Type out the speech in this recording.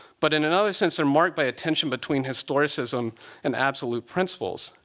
but in another sense, are marked by a tension between historicism and absolute principles.